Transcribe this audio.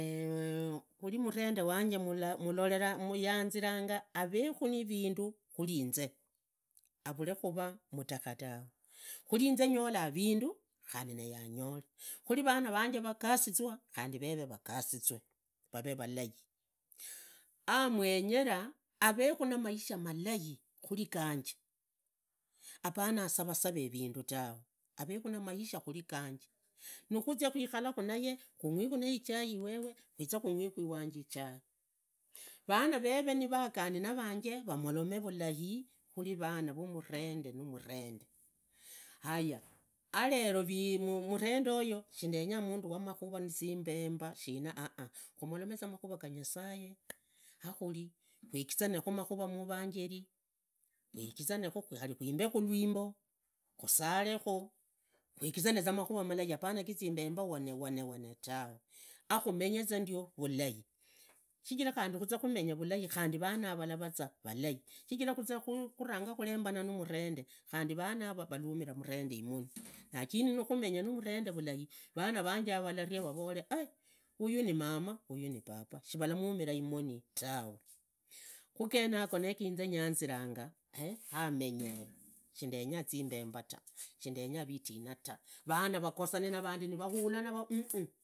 khari murende wanje muyanziranga avekhu navindu khuri inze avule khuvaa mutakha tawe khuri inze nyola vindu khari naye anyole khuri vana vanje vagasiswa khandi veve vagasiswe vavee vulai amwenyera aveekhu namaisha malai khuri ganje apana asave save vindu tawe avekhu namaisha khuri ganje nikhuzia kwikavaa naye khungwikhu ichai wewe khaze khangwikhu iwanje ichai vana veve vaagani navanje vamolome vulai khuri vana na murende namurende haya aleromurendaoyo shindenya mundu wamakhuva zimbemba shina ah khumulomeza makhuva ganyasaye akhuri kwegizane makhura muevagili kwegizanekhu khari kwimbe rwimbo khusalekhu kwegizane za makhuva malai apana zimbomba wanewane tawe akhumenyeza ndio vulai shichira khurembana namurende khari vanawa vavuminya murende imoni lakini nukhumenya namunde vulai vana vangwe yava vamaavavose ai huyu ni mami huyu ni baba shivara muminya imoni tawe khugenago gainze nyanziranga hamenyanga sindenya zimbembaa ta shindenya zimbembaa ta shindenya vitina tu vana vivagosanira vandi nivahulana